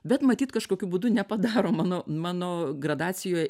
bet matyt kažkokiu būdu nepadaro mano mano gradacijoj